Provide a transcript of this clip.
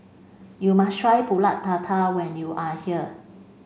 you must try Pulut Tatal when you are here